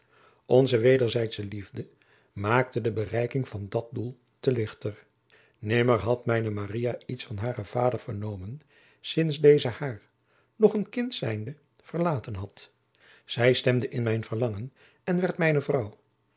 onze wederzijdsche liefde maakte de bereiking van dat doel te lichter nimmer had mijne maria iets van haren vader vernomen sints deze haar nog een kind zijnde verlaten had zij stemde in mijn verlangen en werd mijne vrouw